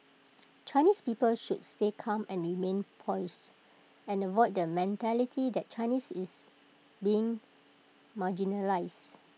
Chinese people should stay calm and remain poised and avoid the mentality that Chinese is being marginalised